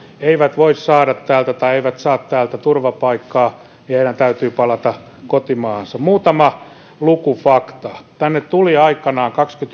eivät saa tai voi saada täältä turvapaikkaa täytyy palata kotimaahansa muutama lukufakta tänne tuli aikanaan